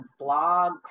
blogs